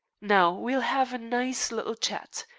now, we'll have a nice little chat.